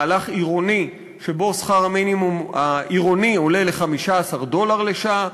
מהלך עירוני שבו שכר המינימום העירוני עולה ל-15 דולר לשעה.